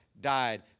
died